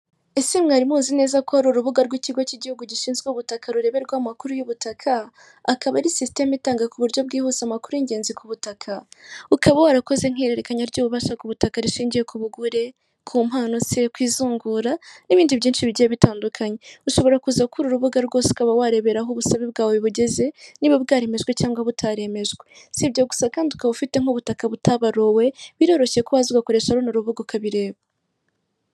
Ese mwari muzi neza ko hari urubuga rw'ikigo cy'igihugu gishinzwe ubutaka rureberwaho amakuru y'ubutaka, akaba ari sisitemu itanga ku buryo bwihuse amakuru y'ingenzi ku butaka? Ukaba warakoze nk'ihererekanya ry'ububasha ku butaka rishingiye ku bugura, ku mpano se, ku izungura n'ibindi byinshi bigiye bitandukanye, ushobora kuza kuri uru rubuga rwose ukaba wareberaho ubusabe bwawe bugeze, niba bwaremejwe cyangwa butaremejwe, si ibyo gusa kandi ukaba ukaba ufite nk'ubutaka butabaruwe, biroroshye ko waza ugakoresha runo rubuga ukabireba.